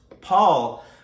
Paul